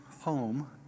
home